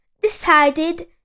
decided